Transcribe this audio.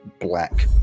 black